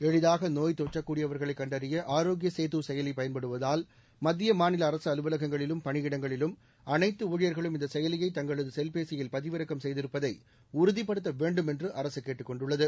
எளிதாக நோய்த் தொற்றக்கூடியவர்களை கண்டறிய ஆரோக்கிய சேது செயலி பயன்படுவதால் மத்திய மாநில அரசு அலுவலகங்களிலும் பணியிடங்களிலும் அனைத்து ஊழியர்களும் இந்த செயலியை தங்களது செல்பேசியில் பதிவிறக்கம் செய்திருப்பதை உறுதிப்படுத்த வேண்டும் என்றும் அரசு கேட்டுக் கொண்டுள்ளது